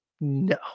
No